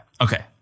Okay